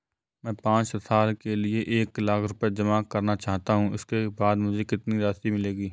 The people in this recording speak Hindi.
मैं पाँच साल के लिए एक लाख रूपए जमा करना चाहता हूँ इसके बाद मुझे कितनी राशि मिलेगी?